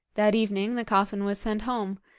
that evening the coffin was sent home,